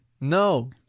No